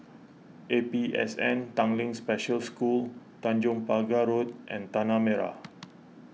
A P S N Tanglin Special School Tanjong Pagar Road and Tanah Merah